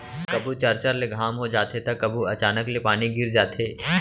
कभू चरचर ले घाम हो जाथे त कभू अचानक ले पानी गिर जाथे